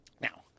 Now